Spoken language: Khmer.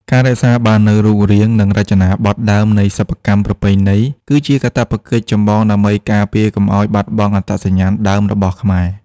ការរក្សាបាននូវរូបរាង និងរចនាប័ទ្មដើមនៃសិប្បកម្មប្រពៃណី គឺជាកាតព្វកិច្ចចម្បងដើម្បីការពារកុំឱ្យបាត់បង់អត្តសញ្ញាណដើមរបស់ខ្មែរ។